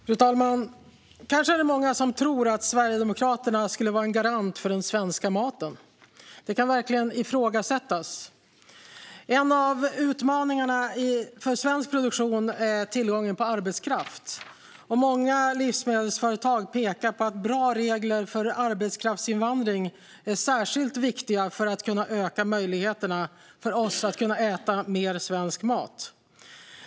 Fru talman! Kanske är det många som tror att Sverigedemokraterna skulle vara en garant för den svenska maten. Men det kan verkligen ifrågasättas. En av utmaningarna för svensk produktion är tillgången på arbetskraft. Många livsmedelsföretag pekar på att bra regler för arbetskraftsinvandring är särskilt viktiga för att öka våra möjligheter att äta mer svensk mat.